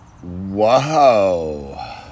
Whoa